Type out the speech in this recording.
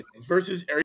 versus